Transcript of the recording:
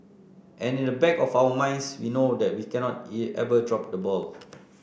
and in the back of our minds we know that we cannot ever drop the ball